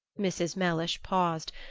mrs. mellish paused,